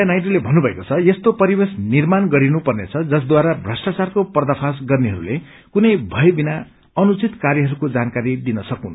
या नयायडूले भन्नुभएको छ यस्तो परिवेश निर्माण गरिनु पर्नेछ जसद्वारा भ्रष्ट्राचारको पर्दाफश गर्नेहरूले कुनै भय विना अनुचित कार्यहरूको जानकारी दिन सकून्